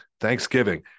Thanksgiving